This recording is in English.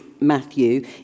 Matthew